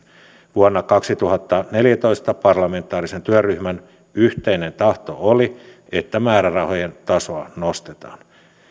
vuonna kaksituhattaneljätoista parlamentaarisen työryhmän yhteinen tahto oli että määrärahojen tasoa nostetaan